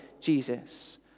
Jesus